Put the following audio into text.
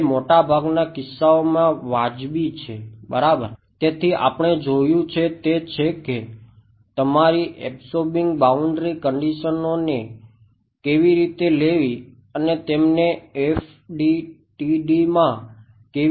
જે મોટાભાગના કિસ્સાઓમાં વાજબી છે બરાબર તેથી આપણે જોયું છે તે છે કે તમારી અબ્સોર્બિંગ કંડીશનઓને કેવી રીતે લેવી અને તેમને FDTDમાં કેવી રીતે લાગુ કરવી